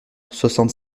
soixante